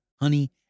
honey